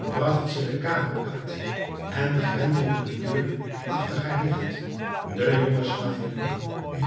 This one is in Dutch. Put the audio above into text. bragt ze de kamer uit en grendelde de deur achter haar digt de